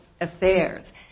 Affairs